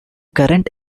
current